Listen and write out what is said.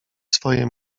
swoje